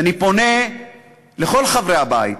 ואני פונה לכל חברי הבית: